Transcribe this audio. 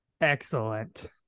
excellent